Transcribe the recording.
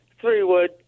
three-wood